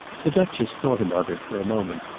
the duchess thought about it for a moment.